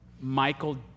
Michael